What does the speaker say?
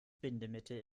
bindemittel